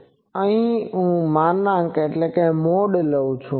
અને અહી હું માનાંક લવ છુ